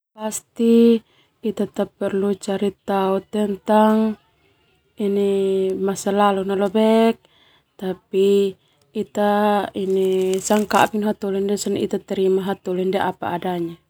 Pasti ita ta perlu caritau masalalu na leo bek, tapi ita kabing no hataholi ndia sona ita harus sipo hataholi ndia apa adanya.